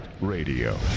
radio